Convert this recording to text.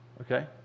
Okay